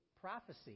prophecy